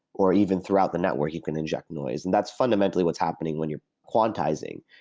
or even throughout the network, you can inject noise, and that's fundamentally what's happening when you're quantizing.